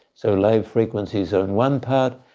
so low frequencies ah in one part,